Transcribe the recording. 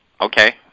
okay